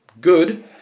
good